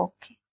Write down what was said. Okay